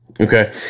Okay